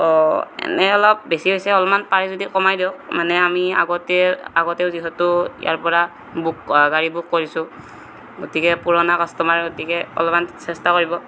অঁ এনেই অলপ বেছি হৈছে অলপমান পাৰে যদি কমাই দিয়ক মানে আমি আগতেও আগতেও যিহেতু ইয়াৰপৰা বুক গাড়ী বুক কৰিছোঁ গতিকে পুৰণা কাষ্টমাৰ গতিকে অলপমান চেষ্টা কৰিব